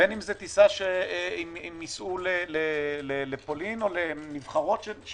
בין אם זה טיסה שייסעו לפולין או לנבחרות שנוסעות.